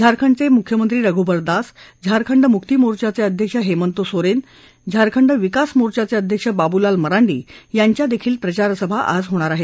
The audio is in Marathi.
झारखंडचे मुख्यमंत्री रघुबर दास झारखंड मुकी मोर्चाचे अध्यक्ष हेंमत सोरेन झारखंड विकास मोर्चाचे अध्यक्ष बाबूलाल मरांडी यांच्या देखील प्रचारसभा आज होणार आहेत